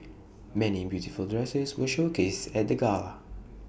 many beautiful dresses were showcased at the gala